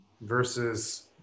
versus